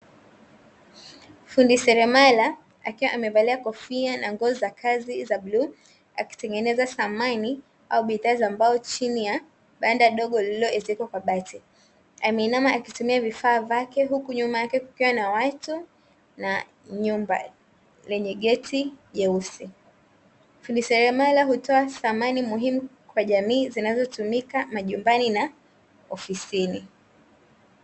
Fundi selemala akiwa amevalia kofia na nguo za kazi za bluu, akitengeneza samani au bidhaa za mbao chini ya banda ndogo lililoezekwa kwa bati, ameinama akitumia vifaa vyake, huku nyuma yake kukiwa na watu na nyumba yenye geti jeusi. Fundi selemala hutoa samani muhimu kwa jamii zinazotumika majumbani na ofisini.